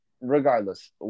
Regardless